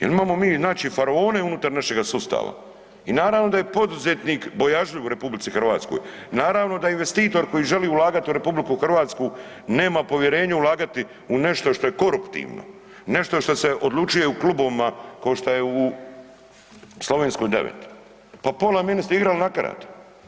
Jel imamo mi znači faraone unutar našega sustava i naravno da je poduzetnik bojažljiv u RH. naravno da investitor koji želi ulagati u RH, nema povjerenja ulagati u nešto što je koruptivno, nešto što se odlučuje u klubovima ko šta je u Slovenskoj 9. Pa pola ministara igralo na karte.